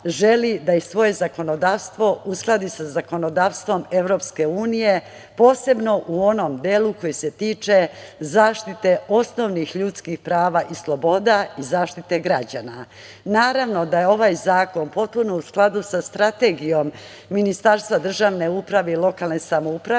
želi da i svoje zakonodavstvo uskladi sa zakonodavstvom EU, posebno u onom delu koji se tiče zaštite osnovnih ljudskih prava i sloboda i zaštite građana. Naravno da je ovaj zakon potpuno u skladu sa strategijom Ministarstva državne uprave i lokalne samouprave,